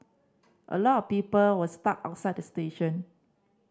a lot of people were stuck outside the station